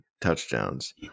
touchdowns